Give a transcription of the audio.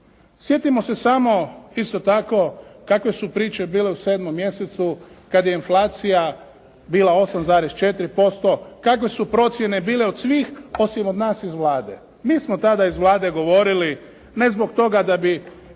Sjetimo se samo isto tako, kakve su priče bile u 7. mjesecu kad je inflacija bila 8,4%, kakve su procjene bile od svih, osim od nas iz Vlade. Mi smo tada iz Vlade govorili, ne zbog toga da bi